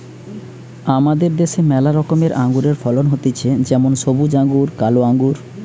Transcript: আমাদের দ্যাশে ম্যালা রকমের আঙুরের ফলন হতিছে যেমন সবুজ আঙ্গুর, কালো আঙ্গুর